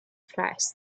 flesh